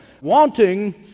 Wanting